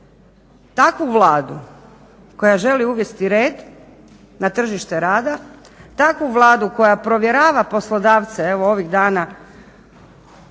Takvu Vladu koja želi uvesti red na tržište rada, takvu Vladu koja provjerava poslodavce evo ovih dana